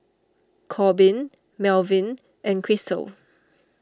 Korbin Melvyn and Krystle